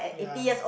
yes